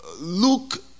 Luke